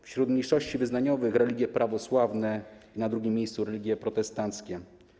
Wśród mniejszości wyznaniowych: religia prawosławna, na drugim miejscu religia protestancka.